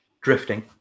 drifting